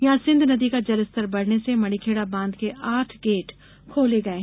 यहां सिंध नदी का जलस्तर बढ़ने से मणिखेड़ा बांध के आठ गेट खोले गये